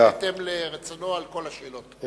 בהתאם לרצונו, על כל השאלות.